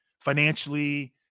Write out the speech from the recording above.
financially